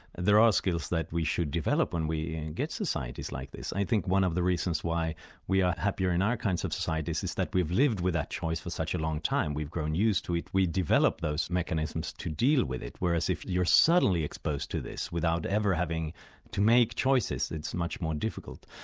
there are skills that we should develop when we and get societies like this. i think one of the reasons why we are happier in our kinds of societies is that we've lived with that choice for such a long time, we've grown used to it. we developed those mechanisms to deal with it, whereas, if you're suddenly exposed to this without ever having to make choices, it's much more difficult.